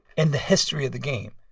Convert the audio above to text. in the history of the game.